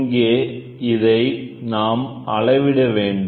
இங்கே இதை நாம் அளவிட வேண்டும்